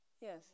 Yes